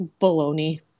baloney